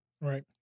Right